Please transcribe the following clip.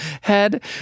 head